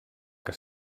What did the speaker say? que